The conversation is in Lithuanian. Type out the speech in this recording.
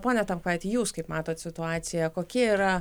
pone tampkaiti jūs kaip matot situaciją kokie yra